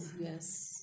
Yes